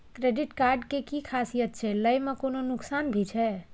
Credit card के कि खासियत छै, लय में कोनो नुकसान भी छै?